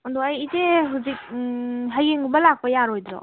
ꯑꯗꯣ ꯑꯩ ꯏꯆꯦ ꯍꯧꯖꯤꯛ ꯍꯌꯦꯡꯒꯨꯝꯕ ꯂꯥꯛꯄ ꯌꯥꯔꯣꯏꯗ꯭ꯔꯣ